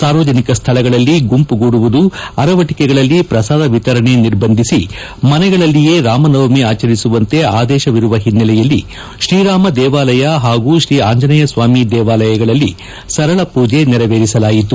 ಸಾರ್ವಜನಿಕ ಸ್ವಳಗಳಲ್ಲಿ ಗುಂಪುಗೂಡುವುದು ಅರವಟಕೆಗಳಲ್ಲಿ ಪ್ರಸಾದ ವಿತರಣೆ ನಿರ್ಬಂಧಿಸಿ ಮನೆಗಳಲ್ಲಿಯೇ ರಾಮನವಮಿ ಆಚರಿಸುವಂತೆ ಆದೇಶವಿರುವ ಹಿನ್ನಲೆಯಲ್ಲಿ ತ್ರೀ ರಾಮ ದೇವಾಲಯ ಹಾಗೂ ತ್ರೀ ಆಂಜನೇಯ ಸ್ವಾಮಿ ದೇವಾಲಯಗಳಲ್ಲಿ ಸರಳ ಪೂಜೆ ನೆರವೇರಿಸಲಾಯಿತು